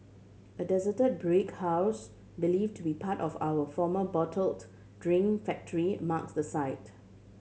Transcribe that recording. a desert brick house believe to be part of our former bottled drink factory marks the site